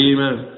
Amen